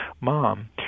mom